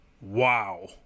Wow